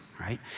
right